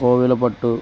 Kovelapattu